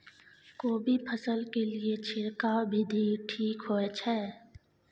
कोबी फसल के लिए छिरकाव विधी ठीक होय छै?